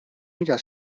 mida